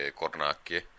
cornacchie